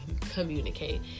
communicate